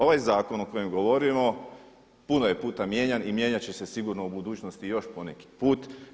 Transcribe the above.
Ovaj zakon o kojem govorimo puno je puta mijenjan i mijenjati će se sigurno u budućnosti i još poneki put.